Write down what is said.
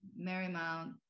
Marymount